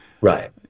Right